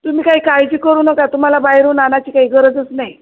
तुम्ही काही काळजी करू नका तुम्हाला बाहेरून आणायची काही गरजच नाही